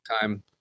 time